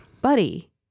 Buddy